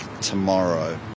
tomorrow